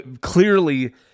clearly